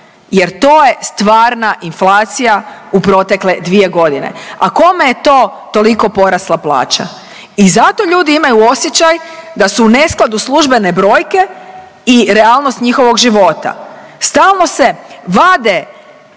jer to je stvarna inflacija u protekle 2 godine, a kome je to toliko porasla plaća. I zato ljudi imaju osjećaj da su u neskladu službene brojke i realnost njihovog života. Stalno se vade